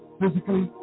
physically